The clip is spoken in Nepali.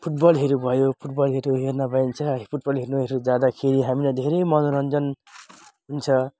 फुटबलहरू भयो फुटबलहरू हर्न भइन्छ फुटबलहरू हेर्नुहरू जाँदाखेरि हामीलाई धेरै मनोरञ्जन हुन्छ